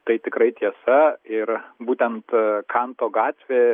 tai tikrai tiesa ir būtent kanto gatvė